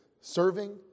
serving